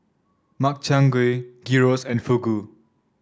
Makchang Gui Gyros and Fugu